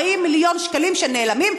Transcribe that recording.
40 מיליון שקלים שנעלמים,